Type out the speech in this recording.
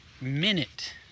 minute